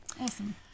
awesome